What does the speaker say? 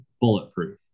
bulletproof